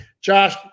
Josh